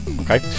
okay